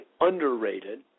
underrated